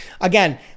again